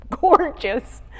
gorgeous